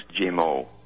GMO